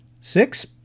six